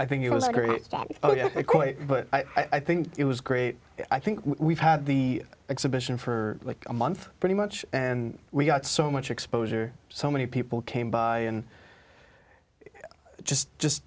i think it was a great job ok quite but i think it was great i think we've had the exhibition for like a month pretty much and we got so much exposure so many people came by and just just